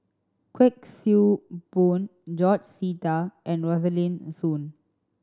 Kuik Swee Boon George Sita and Rosaline Soon